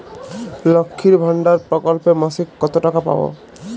লক্ষ্মীর ভান্ডার প্রকল্পে মাসিক কত টাকা পাব?